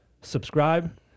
subscribe